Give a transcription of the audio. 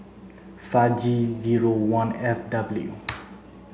five G zero one F W